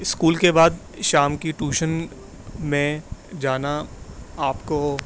school کے بعد شام کی ٹوشن میں جانا آپ کو